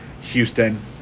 Houston